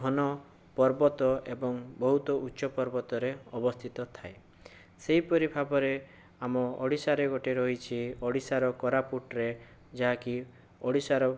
ଘନ ପର୍ବତ ଏବଂ ବହୁତ ଉଚ୍ଚ ପର୍ବତରେ ଅବସ୍ଥିତ ଥାଏ ସେହିପାରି ଭାବରେ ଆମ ଓଡ଼ିଶାରେ ଗୋଟିଏ ରହିଛି ଓଡ଼ିଶାର କୋରାପୁଟରେ ଯାହାକି ଓଡ଼ିଶାର